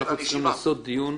אנחנו צריכים לעשות דיון.